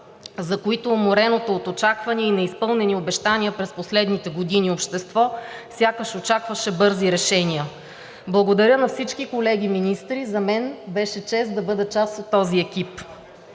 за които умореното от очаквания и неизпълнени обещания през последните години общество сякаш очакваше бързи решения. Благодаря на всички колеги министри. За мен беше чест да бъда част от този екип!